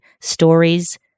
stories